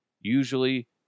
usually